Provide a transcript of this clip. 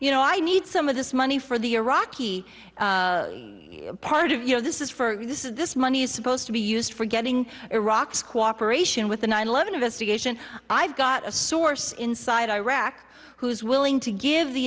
you know i need some of this money for the iraqi part of you know this is for you this is this money is supposed to be used for getting iraq's cooperation with the nine eleven investigation i've got a source inside iraq who is willing to give the